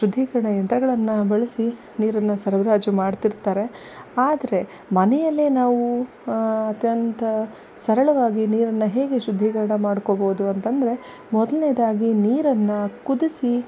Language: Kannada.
ಶುದ್ಧೀಕರಣ ಯಂತ್ರಗಳನ್ನು ಬಳಸಿ ನೀರನ್ನು ಸರಬರಾಜು ಮಾಡ್ತಿರ್ತಾರೆ ಆದರೆ ಮನೆಯಲ್ಲೇ ನಾವು ಅತ್ಯಂತ ಸರಳವಾಗಿ ನೀರನ್ನು ಹೇಗೆ ಶುದ್ಧೀಕರಣ ಮಾಡ್ಕೊಬೋದು ಅಂತಂದರೆ ಮೊದಲ್ನೇದಾಗಿ ನೀರನ್ನು ಕುದಿಸಿ